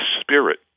spirit